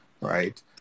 Right